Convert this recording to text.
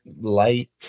light